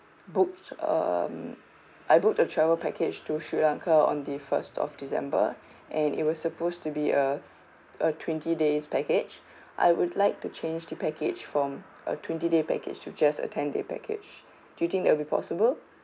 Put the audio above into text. booked um I booked the travel package to sri lanka on the first of december and it was supposed to be a a twenty days package I would like to change the package from a twenty day package to just a ten day package do you think that'll be possible